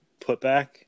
putback